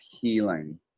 healing